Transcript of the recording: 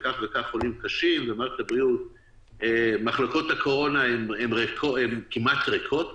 כך וכך חולים קשים ומחלקות הקורונה כמעט ריקות,